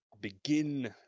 begin